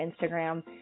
Instagram